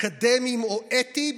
האקדמיים או האתיים